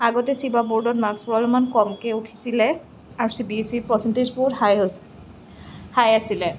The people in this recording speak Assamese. আগতে ছেবা বোৰ্ডত মাৰ্কচবোৰ অলপমান কমকৈ উঠিছিল আৰু চিবিএছইৰ পাৰ্চেণ্টেজ বহুত হাই হৈছিল হাই আছিল